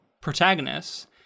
protagonists